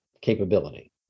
capability